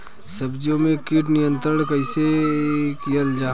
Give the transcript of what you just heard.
सब्जियों से कीट नियंत्रण कइसे कियल जा?